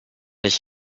ich